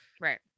Right